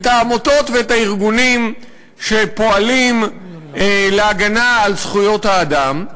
את העמותות ואת הארגונים שפועלים להגנה על זכויות האדם.